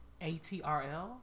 ATRL